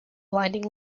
blinding